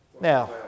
Now